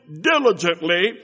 diligently